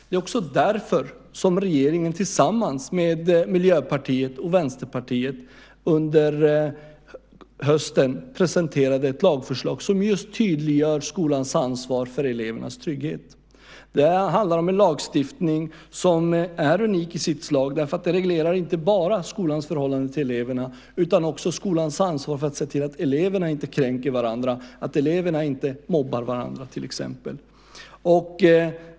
Det är också därför som regeringen tillsammans med Miljöpartiet och Vänsterpartiet under hösten presenterade ett lagförslag som just tydliggör skolans ansvar för elevernas trygghet. Det handlar om en lagstiftning som är unik i sitt slag. Den reglerar inte bara skolans förhållande till eleverna utan också skolans ansvar för att se till att eleverna inte kränker varandra, att eleverna inte mobbar varandra till exempel.